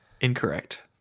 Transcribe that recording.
Incorrect